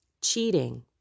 cheating